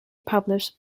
published